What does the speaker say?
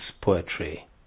poetry